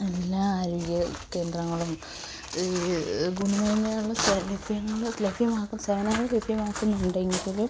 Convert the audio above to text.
എല്ലാ ആരോഗ്യകേന്ദ്രങ്ങളും ഗുണമേന്മയുള്ള ലഭ്യമാക്കും സേവനങ്ങൾ ലഭ്യമാക്കുന്നുണ്ടെങ്കിലും